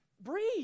breathe